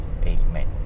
Amen